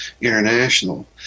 International